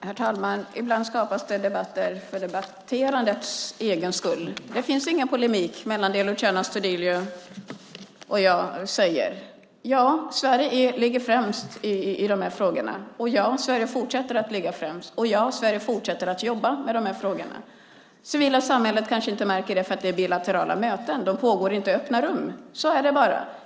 Herr talman! Ibland skapas det debatter för debatterandets egen skull. Det finns ingen polemik mellan det Luciano Astudillo säger och det jag säger. Ja, Sverige ligger främst i de här frågorna. Jag avser att fortsätta att ligga främst. Jag och Sverige fortsätter att jobba med de här frågorna. Det civila samhället kanske inte märker det därför att det är bilaterala möten, de pågår inte i öppna rum. Så är det.